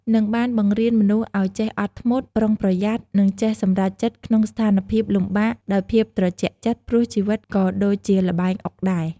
និងបានបង្រៀនមនុស្សឱ្យចេះអត់ធ្មត់ ប្រុងប្រយ័ត្ន និងចេះសម្រេចចិត្តក្នុងស្ថានភាពលំបាកដោយភាពត្រជាក់ចិត្ត ព្រោះជីវិតក៏ដូចជាល្បែងអុកដែរ។